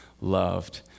loved